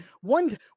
One